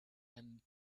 and